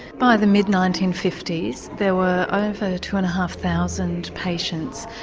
by the mid nineteen fifty s there were over two and a half thousand patients.